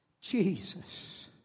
Jesus